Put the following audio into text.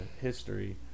history